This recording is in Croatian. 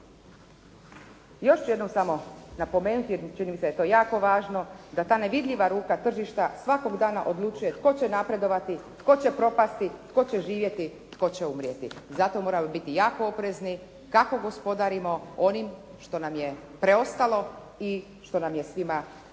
Još ću jednom samo napomenuti jer čini mi se da je to jako važno da ta nevidljiva ruka tržišta svakog dana odlučuje tko će napredovati, tko će propasti, tko je živjeti, tko će umrijeti. Zato moramo biti jako oprezni kako gospodarimo onim što nam je preostalo i što nam je svima zajedničko.